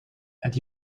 het